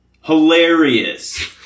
Hilarious